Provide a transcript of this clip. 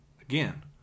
Again